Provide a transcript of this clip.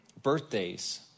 birthdays